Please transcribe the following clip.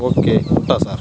okay ఉంటాను sir